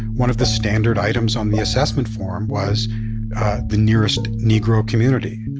one of the standard items on the assessment form was the nearest negro community